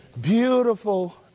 Beautiful